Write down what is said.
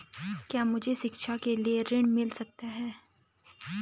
क्या मुझे शिक्षा के लिए ऋण मिल सकता है?